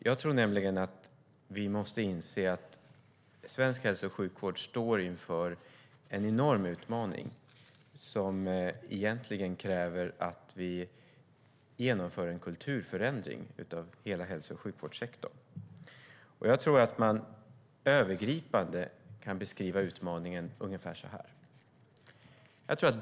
Jag tror nämligen att vi måste inse att svensk hälso och sjukvård står inför en enorm utmaning som egentligen kräver att vi genomför en kulturförändring av hela hälso och sjukvårdssektorn. Jag tror att man övergripande kan beskriva utmaningen ungefär så här.